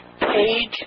Page